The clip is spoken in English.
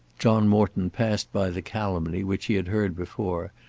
john morton passed by the calumny which he had heard before,